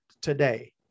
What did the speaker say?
today